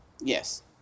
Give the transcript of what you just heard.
Yes